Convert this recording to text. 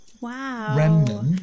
Wow